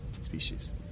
species